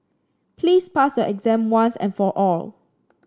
please pass your exam once and for all